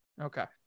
Okay